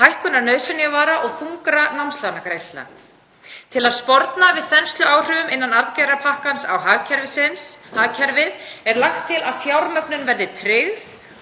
hækkunar nauðsynjavara og þungra námslánagreiðslna. Til að sporna við þensluáhrifum aðgerðapakkans á hagkerfið er lagt til að fjármögnun verði tryggð,